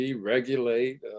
Regulate